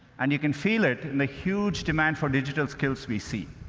and you can feel it in the huge demand for digital skills we see.